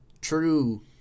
True